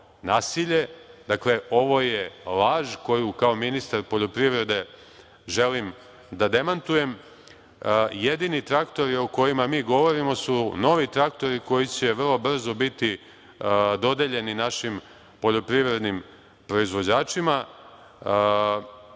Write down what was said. nasilje. Dakle, ovo je laž, koju kao ministar poljoprivrede želim da demantujem. Jedini traktori o kojima mi govorimo su novi traktori koji će vrlo brzo biti dodeljeni našim poljoprivrednim proizvođačima. Mi